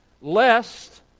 lest